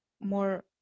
more